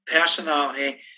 personality